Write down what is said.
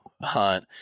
hunt